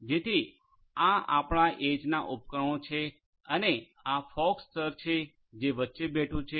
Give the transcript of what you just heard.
જેથી આ આપણા એજનાં ઉપકરણો છે અને આ ફોગ સ્તર છે જે વચ્ચે બેઠુ છે